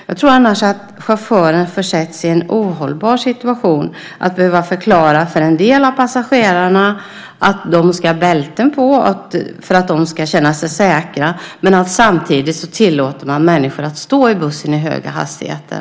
Jag tror annars att chauffören försätts i en ohållbar situation - att behöva förklara för en del av passagerarna att de ska ha bälten på för att känna sig säkra när man samtidigt tillåter människor att stå i bussen i höga hastigheter.